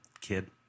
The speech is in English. kid